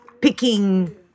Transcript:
picking